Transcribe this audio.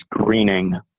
Screening